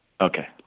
Okay